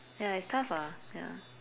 ya it's tough ah ya